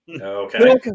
Okay